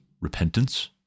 repentance